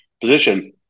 position